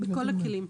בכל הכלים.